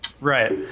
Right